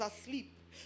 asleep